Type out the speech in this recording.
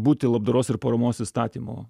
ar būti labdaros ir paramos įstatymo